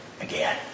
again